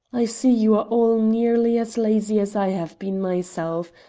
i see you are all nearly as lazy as i have been myself.